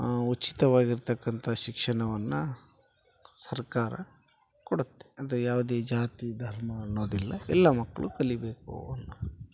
ಉಚಿತವಾಗಿರತಕ್ಕಂಥ ಶಿಕ್ಷಣವನ್ನ ಸರ್ಕಾರ ಕೊಡತ್ತೆ ಅದು ಯಾವುದೇ ಜಾತಿ ಧರ್ಮ ಅನ್ನೋದಿಲ್ಲ ಎಲ್ಲ ಮಕ್ಕಳು ಕಲಿಯಬೇಕು ಅನ್ನೋದು